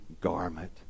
garment